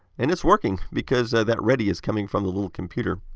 and it's working, because that ready is coming from the little computer.